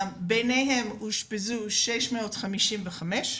מביניהם אושפזו 655 ילדים,